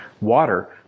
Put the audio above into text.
water